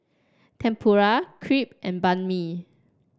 Tempura Crepe and Banh Mi